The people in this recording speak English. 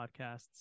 podcasts